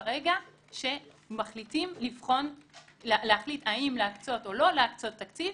ברגע שמחליטים האם להקצות או לא להקצות תקציב